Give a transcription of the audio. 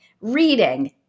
reading